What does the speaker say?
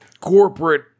corporate